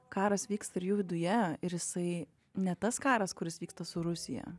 karas vyksta ir jų viduje ir jisai ne tas karas kuris vyksta su rusija